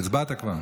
הצבעת כבר.